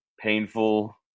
painful